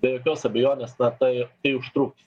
be jokios abejonės na tai tai užtruks